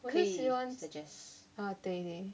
我很喜欢啊对对